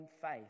faith